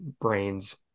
brains